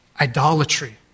idolatry